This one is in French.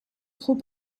trop